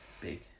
big